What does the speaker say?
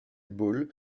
ball